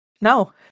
no